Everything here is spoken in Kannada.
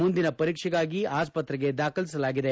ಮುಂದಿನ ಪರೀಕ್ಷೆಗಾಗಿ ಆಸ್ಪತ್ರೆಗೆ ದಾಖಲಿಸಲಾಗಿದೆ